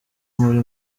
muri